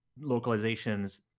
localizations